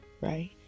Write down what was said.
Right